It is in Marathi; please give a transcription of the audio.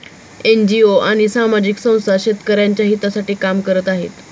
एन.जी.ओ आणि सामाजिक संस्था शेतकऱ्यांच्या हितासाठी काम करत आहेत